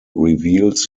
reveals